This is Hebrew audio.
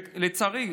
לצערי,